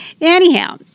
Anyhow